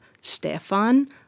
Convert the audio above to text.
Stefan